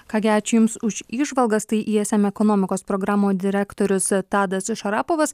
ką gi ačiū jums už įžvalgas tai iesm ekonomikos programų direktorius tadas šarapovas